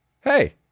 hey